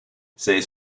c’est